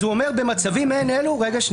אז הוא אומר שבמצבים מעין אלה ישנה